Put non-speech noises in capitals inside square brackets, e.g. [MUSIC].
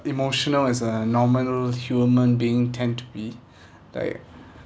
emotional as a normal human being tend to be [BREATH] like